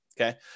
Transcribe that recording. okay